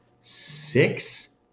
six